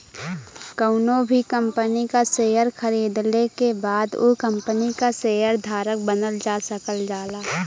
कउनो भी कंपनी क शेयर खरीदले के बाद उ कम्पनी क शेयर धारक बनल जा सकल जाला